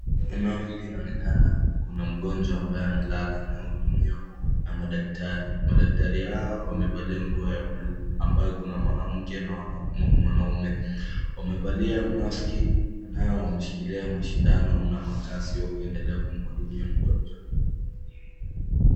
Eneo hili linaonekaana kuna mgonjwa ambaye amelala anahudumiwa na madaktari, madaktari hawa wamevalia nguo ya buluu ambayo kuna mwanamke na mwanaume wamevalia maski nao wameshikilia masindano na makasi nao wakiendelea akiendelea kumhudumia mgonjwa.